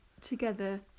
together